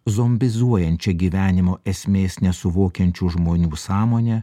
zombizuojančią gyvenimo esmės nesuvokiančių žmonių sąmonę